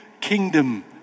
kingdom